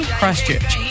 Christchurch